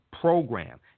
program